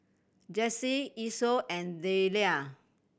Jessee Esau and Delia